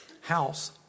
house